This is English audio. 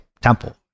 temple